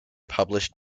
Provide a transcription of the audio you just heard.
published